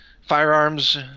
firearms